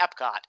Epcot